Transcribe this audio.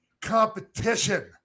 competition